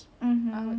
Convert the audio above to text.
mmhmm